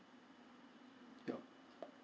yup